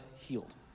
healed